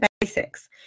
basics